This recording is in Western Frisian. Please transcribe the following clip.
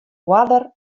oarder